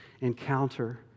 encounter